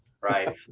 Right